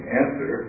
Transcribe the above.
answer